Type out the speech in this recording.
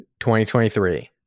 2023